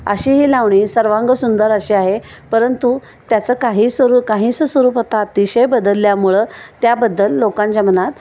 अशीही लावणी सर्वांग सुंदर अशी आहे परंतु त्याचं काही स्वररू काहीचं स्वरूप अतिशय बदलल्यामुळं त्याबद्दल लोकांच्या मनात